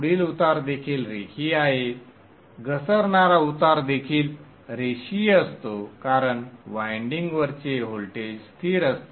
पुढील उतार देखील रेखीय आहे घसरणारा उतार देखील रेषीय असतो कारण वायंडिंगवरचे व्होल्टेज स्थिर असते